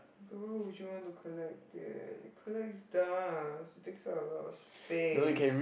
but why would you want to collect it it collects dust it takes up a lot of space